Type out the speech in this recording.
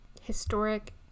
historic